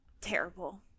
terrible